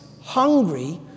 hungry